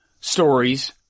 stories